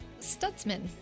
Stutzman